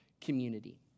community